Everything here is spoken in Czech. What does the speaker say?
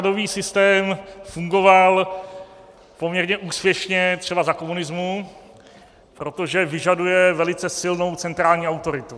Nákladový systém fungoval poměrně úspěšně třeba za komunismu, protože vyžaduje velice silnou centrální autoritu.